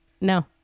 no